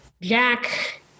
Jack